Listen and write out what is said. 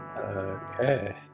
Okay